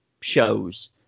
shows